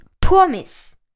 promise